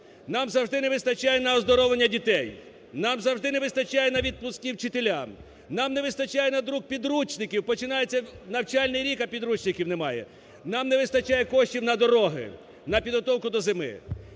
Нам завжди не вистачає на оздоровлення дітей. Нам завжди не вистачає на відпустки вчителям. Нам не вистачає на підручники, починається навчальний рік, а підручників немає. Нам не вистачає коштів на дороги, на підготовку до зими.